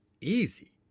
easy